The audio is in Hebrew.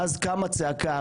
אז קמה צעקה.